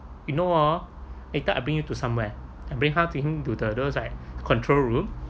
you know ah later I bring you to somewhere and bring !huh! to him like control room